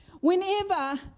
Whenever